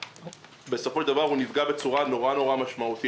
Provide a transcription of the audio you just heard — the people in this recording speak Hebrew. לאזעקות ובסופו של דבר הוא נפגע בצורה נורא נורא משמעותית.